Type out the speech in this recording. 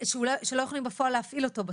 שלא יכולים בפועל להפעיל אותו.